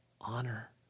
honor